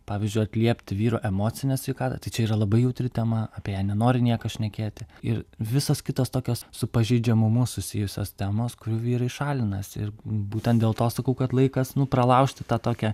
pavyzdžiui atliepti vyro emocinę sveikatą tai čia yra labai jautri tema apie ją nenori niekas šnekėti ir visos kitos tokios su pažeidžiamumu susijusios temos kurių vyrai šalinasi ir būtent dėl to sakau kad laikas nu pralaužti tą tokią